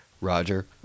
Roger